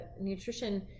nutrition